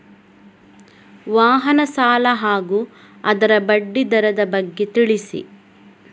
ವಾಹನ ಸಾಲ ಹಾಗೂ ಅದರ ಬಡ್ಡಿ ದರದ ಬಗ್ಗೆ ತಿಳಿಸಿ?